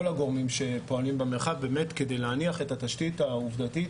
הגורמים שפועלים במרחב באמת כדי להניח את התשתית העובדתית